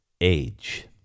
age